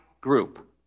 group